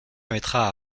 permettra